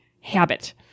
Habit